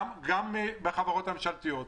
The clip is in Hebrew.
גם בחברות הממשלתיות.